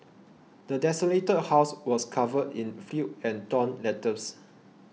the desolated house was covered in filth and torn letters